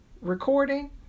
recording